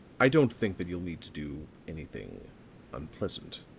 i don't think that you'll need to do anything unpleasant.